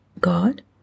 God